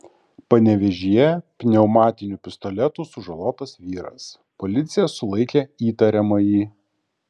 panevėžyje pneumatiniu pistoletu sužalotas vyras policija sulaikė įtariamąjį